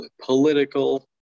political